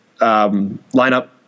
lineup